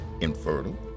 infertile